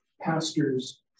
pastors